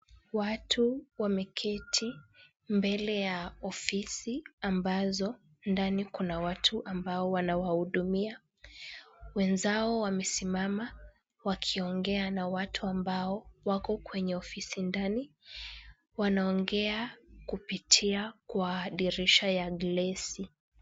Watu wameketi mbele ya ofisi ambazo ndani kuna watu ambao wanawahudumia. Wenzao wamesimama wakiongea na watu ambao wako kwenye ofisi ndani. Wanaongea kupitia kwa dirisha ya glesi.